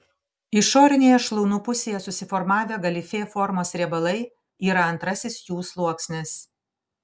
išorinėje šlaunų pusėje susiformavę galifė formos riebalai yra antrasis jų sluoksnis